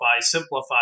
simplify